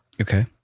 Okay